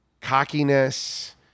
cockiness